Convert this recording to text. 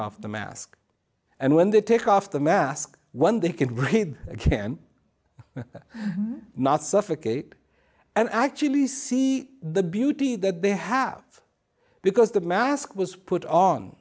off the mask and when they take off the mask one they can breathe again not suffocate and i actually see the beauty that they have because the mask was put on